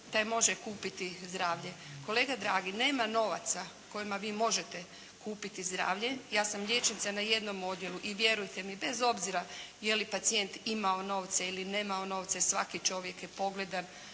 taj može kupiti zdravlje. Kolega dragi, nema novaca kojima vi možete kupiti zdravlje. Ja sam liječnica na jednom odjelu i vjerujte mi bez obzira je li pacijent imao novce ili nemao novce svaki čovjek je pogledan,